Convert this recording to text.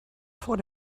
vor